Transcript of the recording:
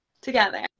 together